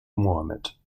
mohammed